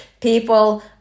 People